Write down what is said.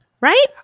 Right